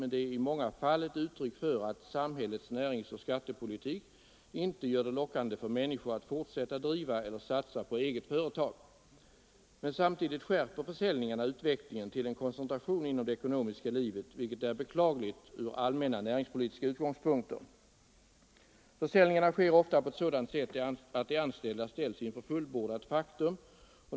Men de är i många fall ett uttryck för att samhällets näringsoch skattepolitik inte gör det lockande för människor att fortsätta driva eller satsa på eget företag. Samtidigt skärper försäljningarna utvecklingen till en koncentration inom det ekonomiska livet, vilket är beklagligt från allmänna näringspolitiska utgångspunkter. Försäljningarna sker ofta på ett sådant sätt att de anställda ställs inför fullbordat faktum.